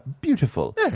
Beautiful